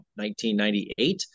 1998